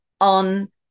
on